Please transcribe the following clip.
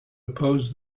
oppose